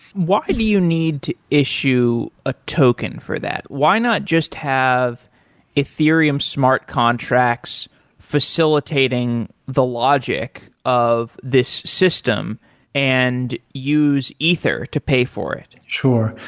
why do you need to issue ah token for that? why not just have ethereum smart contracts facilitating the logic of this system and use ether to pay for it? sure.